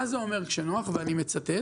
מה זה אומר כשנוח, ואני מצטט?